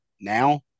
now